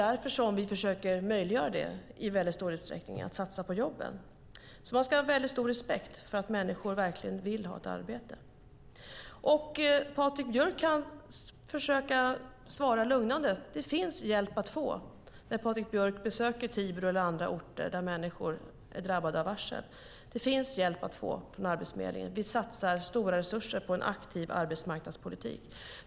Därför försöker vi möjliggöra det i stor utsträckning genom att satsa på jobben. Man ska ha stor respekt för att människor verkligen vill ha ett arbete. Patrik Björck kan svara lugnande när han besöker Tibro eller andra orter där människor är drabbade av varsel. Det finns hjälp att få från Arbetsförmedlingen. Vi satsar stora resurser på en aktiv arbetsmarknadspolitik.